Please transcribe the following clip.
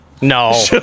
No